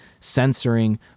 censoring